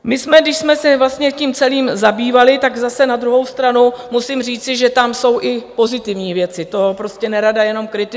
My jsme, když jsme se tím celým zabývali, tak zase na druhou stranu musím říci, že tam jsou i pozitivní věci, prostě nerada jenom kritizuji.